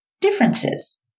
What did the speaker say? differences